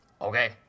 Okay